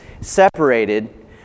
separated